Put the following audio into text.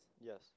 Yes